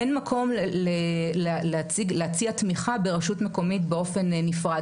אין מקום להציע תמיכה ברשות המקומית באופן נפרד,